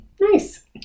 Nice